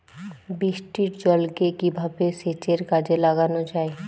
বৃষ্টির জলকে কিভাবে সেচের কাজে লাগানো যায়?